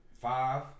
Five